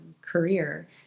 career